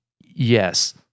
Yes